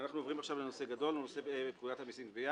אנחנו עוברים לנושא גדול פקודת המסים (גבייה).